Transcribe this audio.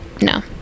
No